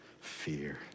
fear